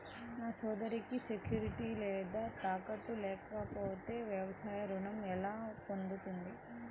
నా సోదరికి సెక్యూరిటీ లేదా తాకట్టు లేకపోతే వ్యవసాయ రుణం ఎలా పొందుతుంది?